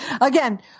Again